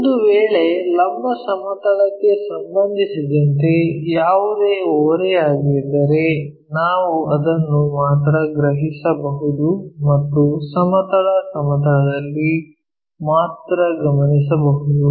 ಒಂದು ವೇಳೆ ಲಂಬ ಸಮತಲಕ್ಕೆ ಸಂಬಂಧಿಸಿದಂತೆ ಯಾವುದೇ ಓರೆಯಾಗಿದ್ದರೆ ನಾವು ಅದನ್ನು ಮಾತ್ರ ಗ್ರಹಿಸಬಹುದು ಮತ್ತು ಸಮತಲ ಸಮತಲದಲ್ಲಿ ಮಾತ್ರ ಗಮನಿಸಬಹುದು